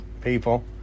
people